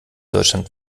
deutschland